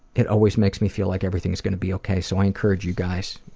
it always makes me feel like everything's gonna be okay, so i encourage you guys